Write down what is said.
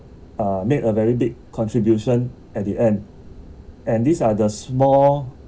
uh made a very big contribution at the end and these are the small